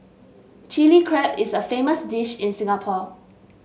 Chilli Crab is a famous dish in Singapore